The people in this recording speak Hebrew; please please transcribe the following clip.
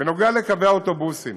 בנוגע לקווי האוטובוסים